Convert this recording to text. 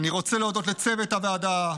אני רוצה להודות לצוות הוועדה,